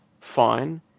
fine